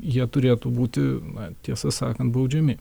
jie turėtų būti na tiesą sakant baudžiami